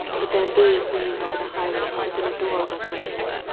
the bamboos lean over the highway with an adorable grace.